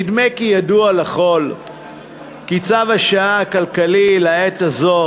נדמה כי ידוע לכול כי צו השעה הכלכלי לעת הזו